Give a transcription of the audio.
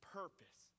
purpose